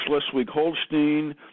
Schleswig-Holstein